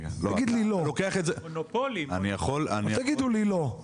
אל תגידו לי לא.